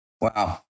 Wow